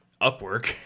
Upwork